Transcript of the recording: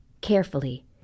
carefully